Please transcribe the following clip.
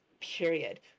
period